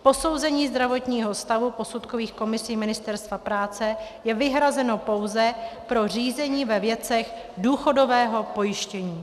Posouzení zdravotního stavu posudkových komisí Ministerstva práce je vyhrazeno pouze pro řízení ve věcech důchodového pojištění.